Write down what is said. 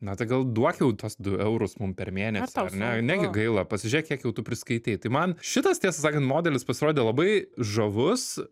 na tai gal duok jau tuos du eurus mum per mėnesį negi gaila pasižiūrėk kiek jau tu priskaitei tai man šitas tiesą sakant modelis pasirodė labai žavus